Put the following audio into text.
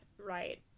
right